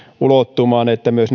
ulottumaan myös